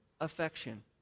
affection